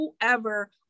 whoever